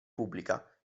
pubblica